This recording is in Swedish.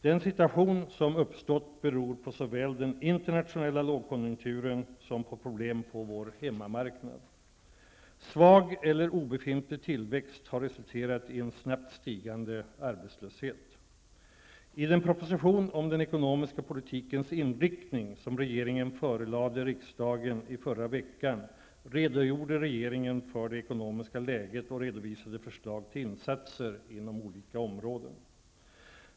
Den situation som uppstått beror såväl på den internationella lågkonjunkturen som på problem på vår hemmamarknad. Svag eller obefintlig tillväxt har resulterat i en snabbt stigande arbetslöshet. I den proposition om den ekonomiska politikens inriktning som regeringen förelade riksdagen i förra veckan redogjorde regeringen för det ekonomiska läget och redovisade förslag till insatser inom olika områden.